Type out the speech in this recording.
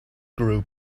group